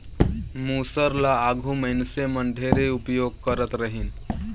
मूसर ल आघु मइनसे मन ढेरे उपियोग करत रहिन